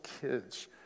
kids